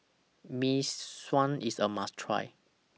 Mee Sua IS A must Try